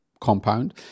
Compound